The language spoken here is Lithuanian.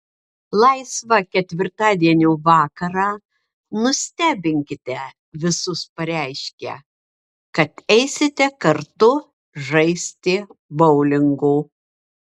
laisvą ketvirtadienio vakarą nustebinkite visus pareiškę kad eisite kartu žaisti boulingo